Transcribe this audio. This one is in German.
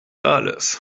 alles